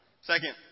Second